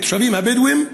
התושבים הבדואים,